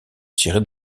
tirées